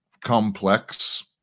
complex